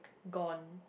gone